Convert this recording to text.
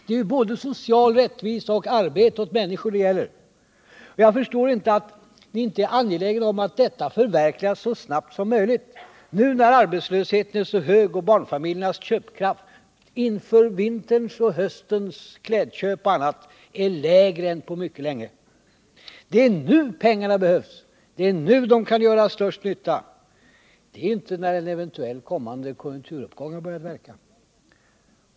Det är både social rättvisa och arbete åt människor det gäller. Jag förstår inte att ni inte är angelägna om att detta förverkligas så snabbt som möjligt — nu när arbetslösheten är så hög och barnfamiljernas köpkraft inför höstens och vinterns klädköp m.m. är svagare än på mycket länge. Det är nu pengarna behövs. Det är nu de kan göra största nyttan, inte när en eventuellt kommande konjunkturuppgång har börjat verka.